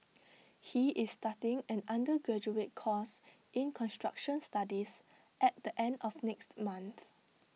he is starting an undergraduate course in construction studies at the end of next month